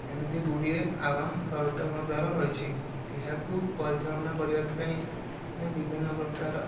ଏମିତି ଗୁଡ଼ିଏ ଆହ୍ବାନ ସରକାରଙ୍କ ଦ୍ଵାରା ରହିଛି ଏହାକୁ ପରିଚାଳନା କରିବା ପାଇଁ ବିଭିନ୍ନ ପ୍ରକାର